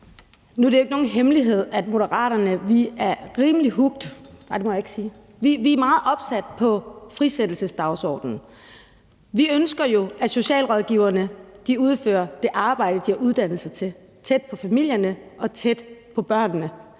– nej, det må jeg ikke sige, så jeg vil sige, at vi er meget opsatte på frisættelsesdagsordenen. Vi ønsker jo, at socialrådgiverne udfører det arbejde, de har uddannet sig til, tæt på familierne og tæt på børnene,